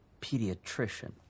pediatrician